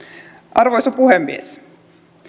arvoisa puhemies